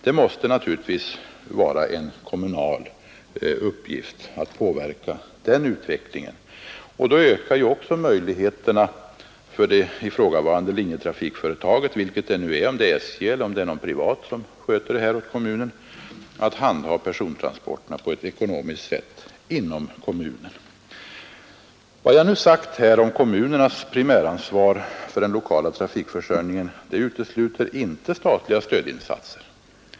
Det måste naturligtvis vara en kommuns uppgift att påverka den utvecklingen, och då ökar också möjligheterna för det ifrågavarande linjetrafikföretaget — vilket det nu är, om det är SJ eller någon privat som sköter detta åt kommunen — att handha persontransporterna på ett ekonomiskt sätt inom kommunen. Vad jag här sagt om kommunernas primäransvar för den lokala trafikförsörjningen utesluter inte statliga insatser.